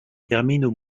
terminent